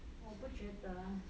我不觉得